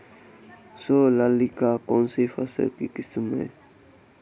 सोनालिका कौनसी फसल की किस्म है?